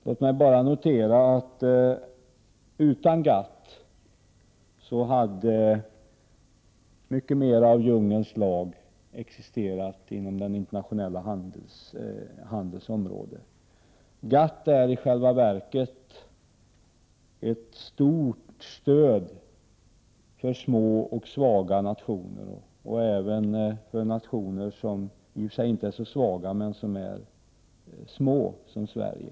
Låt mig bara notera att utan GATT hade mycket mer av djungelns lag existerat inom den internationella handelns område. GATT är i själva verket ett stort stöd för små och svaga nationer, och även för nationer som inte är så svaga men som är små, som Sverige.